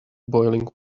boiling